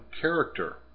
character